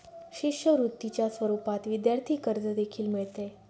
शिष्यवृत्तीच्या स्वरूपात विद्यार्थी कर्ज देखील मिळते